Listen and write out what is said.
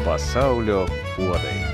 pasaulio puodai